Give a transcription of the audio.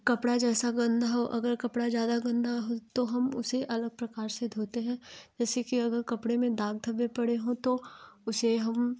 कपड़ा जैसा गंदा हो अगर कपड़ा ज़्यादा गंदा हो तो हम उसे अलग प्रकार से धोते हैं जैसे कि अगर कपड़े में दाग धब्बे पड़े हो तो उसे हम